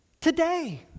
today